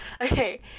okay